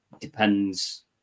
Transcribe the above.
depends